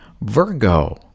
Virgo